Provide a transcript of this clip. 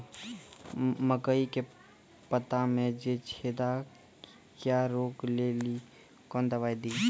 मकई के पता मे जे छेदा क्या रोक ले ली कौन दवाई दी?